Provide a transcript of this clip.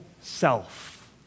self